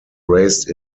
raised